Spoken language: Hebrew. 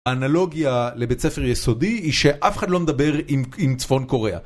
האנלוגיה לבית ספר יסודי היא שאף אחד לא מדבר עם צפון קוריאה